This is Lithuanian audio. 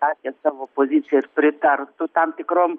apie savo pozicijas pritartų tam tikrom